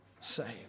saved